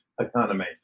economy